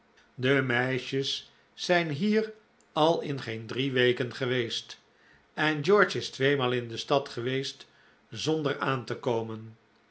de meisjes zijn hier al in geen drie weken geweest en george is tweemaal in de stad geweest zonder aan te komen